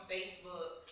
Facebook